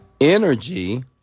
energy